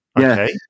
Okay